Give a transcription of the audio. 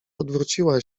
odwróciła